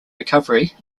recovery